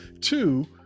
Two